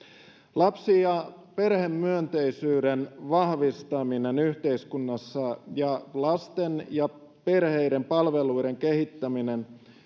lapsi ja perhemyönteisyyden vahvistaminen yhteiskunnassa ja lasten ja perheiden palveluiden kehittäminen